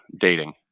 dating